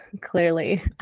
clearly